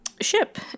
ship